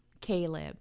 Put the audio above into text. Caleb